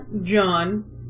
John